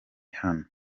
hano